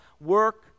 work